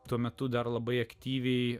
tuo metu dar labai aktyviai